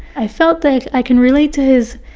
i felt that i can relate to his,